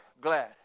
glad